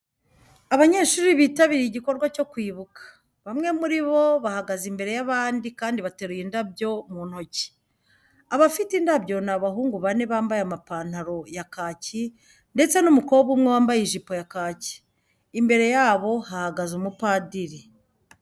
Abanyeshuri bitabiriye igikorwa cyo kwibuka, bamwe muri bo bahagaze imbere y'abandi kandi bateruye indabyo mu ntoki. Abafite indabyo ni abahungu bane bambaye amapantaro ya kaki ndetse n'umukobwa umwe wambaye ijipo ya kaki. Imbere yabo hahagze umupadiri.